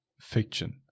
fiction